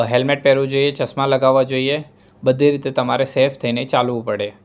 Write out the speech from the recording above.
helmet પહેરવું જોઈએ ચશ્મા લગાવવા જોઈએ બધી રીતે તમારે સેફ થઈને ચાલવું પડે